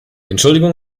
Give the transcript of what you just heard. entschuldigung